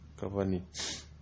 Cavani